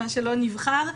מה שלא נבחר,